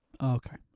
Okay